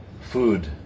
food